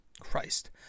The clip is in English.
christ